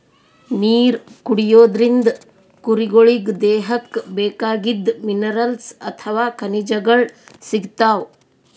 ನೀರ್ ಕುಡಿಯೋದ್ರಿಂದ್ ಕುರಿಗೊಳಿಗ್ ದೇಹಕ್ಕ್ ಬೇಕಾಗಿದ್ದ್ ಮಿನರಲ್ಸ್ ಅಥವಾ ಖನಿಜಗಳ್ ಸಿಗ್ತವ್